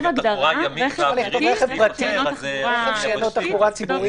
רכב שאינו תחבורה ציבורית.